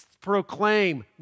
proclaim